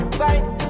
fight